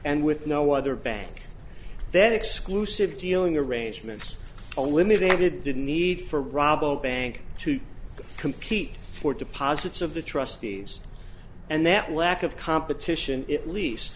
and with no other bank then exclusive dealing arrangements own limited didn't need for rabobank to compete for deposits of the trustees and that lack of competition at least